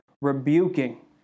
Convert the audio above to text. Rebuking